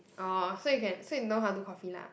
orh so you can so you know how to do coffee lah